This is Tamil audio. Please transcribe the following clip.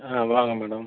ஆ வாங்க மேடம்